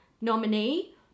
nominee